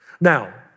Now